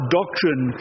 doctrine